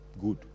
good